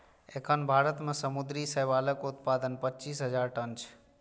एखन भारत मे समुद्री शैवालक उत्पादन पच्चीस हजार टन छै